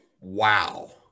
Wow